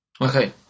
Okay